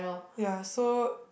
ya so